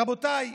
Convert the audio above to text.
רבותיי,